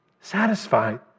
satisfied